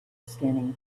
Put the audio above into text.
skinny